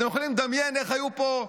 אתם יכולים לדמיין איך היו פה,